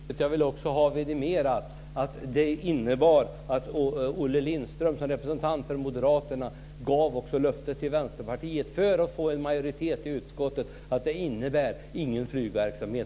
Fru talman! Det var halva beslutet. Jag vill också ha vidimerat att det innebar att Olle Lindström som representant för Moderaterna också gav ett löfte till Vänsterpartiet för att få en majoritet i utskottet